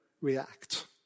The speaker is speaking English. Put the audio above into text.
react